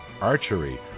archery